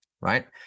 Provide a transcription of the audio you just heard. right